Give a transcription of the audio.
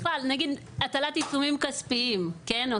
בכלל נגיד, הטלת עיצומים כספיים, כן?